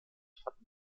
fanden